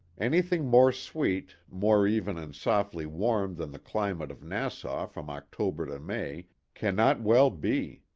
anything more sweet, more even and softly warm than the climate of nassau from october to may cannot well be.